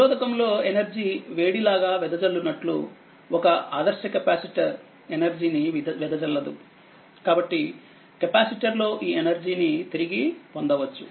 నిరోధకము లో ఎనర్జీ వేడి లాగా వెదజల్లు నట్లు ఒక ఆదర్శ కెపాసిటర్ ఎనర్జీ ని వెదజల్లదు కాబట్టి కెపాసిటర్ లో ఈ ఎనర్జీ ని తిరిగి పొందవచ్చు